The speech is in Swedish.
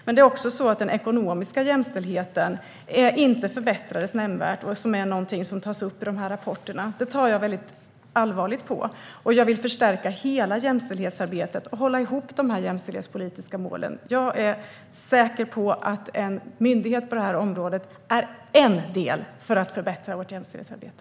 Men det är också så att den ekonomiska jämställdheten inte förbättrades nämnvärt, och det är någonting som tas upp i de här rapporterna. Det tar jag väldigt allvarligt på. Jag vill förstärka hela jämställdhetsarbetet och hålla ihop de jämställdhetspolitiska målen. Jag är säker på att en myndighet på det här området är en del för att förbättra vårt jämställdhetsarbete.